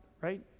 right